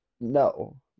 No